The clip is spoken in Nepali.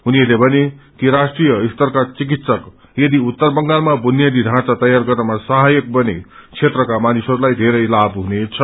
उनीहरूले भने कि राष्ट्रिय स्तरका चिकित्सक यदि उत्तर बंगालमा बुनियादी ढ़ाँचा तयार गर्नमा सहायक बने क्षेत्रका मानिसहरूलाई धेरै लाभ हुनेछ